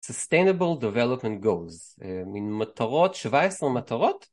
Sustainable Development Goals, מן מטרות 17 מטרות